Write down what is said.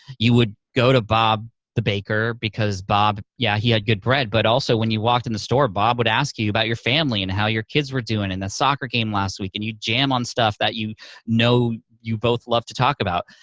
you would go to bob the baker because bob, yeah, he had good bread, but also when you walked in the store, bob would ask you you about your family, and how your kids were doing, and the soccer game last week, and you'd jam on stuff that you know you both love to talk about.